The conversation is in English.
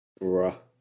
Bruh